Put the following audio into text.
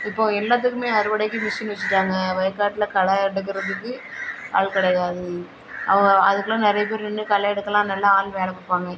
இப்போ எல்லாத்துக்கும் அறுவடைக்கு மிஷின் வச்சிட்டாங்க வயக்காட்டில் களை எடுக்கிறதுக்கு ஆள் கிடையாது அவங்க அதுக்கெலாம் நிறைய பேர் நின்று களை எடுக்கலாம் நல்ல ஆள் வேலை கொடுப்பாங்க